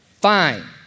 fine